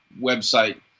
website